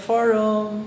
Forum